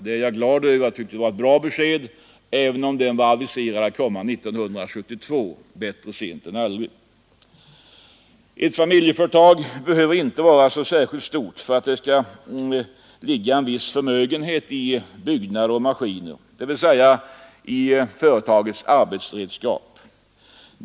Det är jag glad över. Jag tycker att det var ett bra besked, även om den var aviserad till 1972. Bättre sent än aldrig! Ett familjeföretag behöver inte vara särskilt stort för att det skall ligga en viss förmögenhet i byggnader och maskiner, dvs. i företagets arbetsredskap.